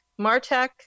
martech